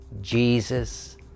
Jesus